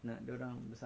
mm betul tu